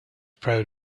proud